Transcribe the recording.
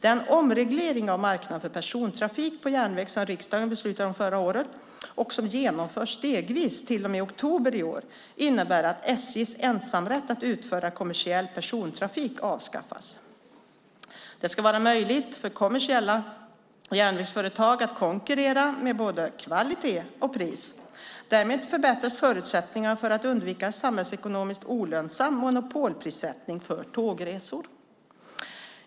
Den omreglering av marknaden för persontrafik på järnväg som riksdagen beslutade om förra året och som genomförs stegvis till och med oktober i år innebär att SJ:s ensamrätt att utföra kommersiell persontrafik avskaffas. Det ska vara möjligt för kommersiella järnvägsföretag att konkurrera med både kvalitet och pris. Därmed förbättras förutsättningarna för att undvika samhällsekonomiskt olönsam monopolprissättning för tågresor.